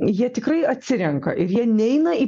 jie tikrai atsirenka ir jie neina į